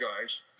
guys